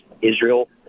Israel